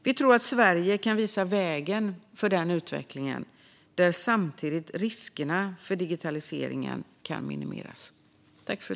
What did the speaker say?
Vi tror att Sverige kan visa vägen för den utvecklingen och att riskerna med digitaliseringen samtidigt kan minimeras.